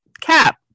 Cap